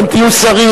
תהיו סגנים,